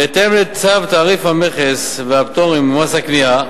בהתאם לצו תעריף המכס והפטורים ומס קנייה,